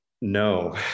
No